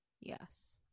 yes